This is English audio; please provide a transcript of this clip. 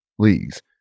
please